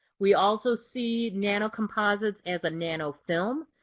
we also see nanocomposites as a nano film.